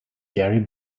gary